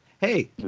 Hey